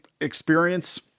experience